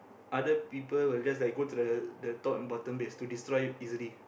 other people will just like go to the top and bottom base to destroy easily